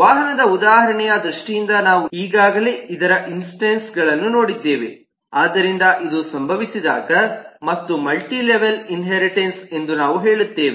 ವಾಹನದ ಉದಾಹರಣೆಯ ದೃಷ್ಟಿಯಿಂದ ನಾವು ಈಗಾಗಲೇ ಇದರ ಇನ್ಸ್ಟೆನ್ಸ್ಗಳನ್ನು ನೋಡಿದ್ದೇವೆ ಆದ್ದರಿಂದ ಇದು ಸಂಭವಿಸಿದಾಗ ಅದು ಮಲ್ಟಿಲೆವೆಲ್ ಇನ್ಹೇರಿಟನ್ಸ್ ಎಂದು ನಾವು ಹೇಳುತ್ತೇವೆ